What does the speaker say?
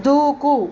దూకు